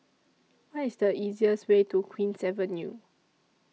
What IS The easiest Way to Queen's Avenue